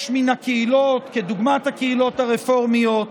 יש מן הקהילות, כדוגמת הקהילות הרפורמיות,